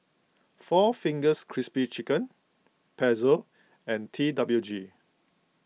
four Fingers Crispy Chicken Pezzo and T W G